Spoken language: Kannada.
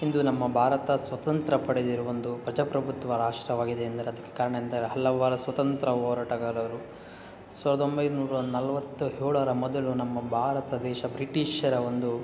ಇಂದು ನಮ್ಮ ಭಾರತ ಸ್ವತಂತ್ರ ಪಡೆದಿರುವ ಒಂದು ಪ್ರಜಾಪ್ರಭುತ್ವ ರಾಷ್ಟ್ರವಾಗಿದೆ ಎಂದರೆ ಅದಕ್ಕೆ ಕಾರಣ ಎಂದರೆ ಹಲವಾರು ಸ್ವತಂತ್ರ ಹೋರಾಟಗಾರರು ಸಾವಿರದ ಒಂಬೈನೂರ ನಲ್ವತ್ತೇಳರ ಮೊದಲು ನಮ್ಮ ಭಾರತ ದೇಶ ಬ್ರಿಟಿಷರ ಒಂದು